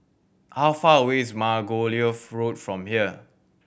how far away is Margoliouth Road from here